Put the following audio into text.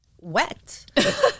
wet